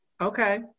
Okay